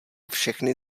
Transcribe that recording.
všechny